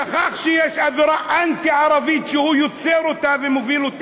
שכח שיש אווירה אנטי-ערבית שהוא יוצר ומוביל,